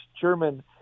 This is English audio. German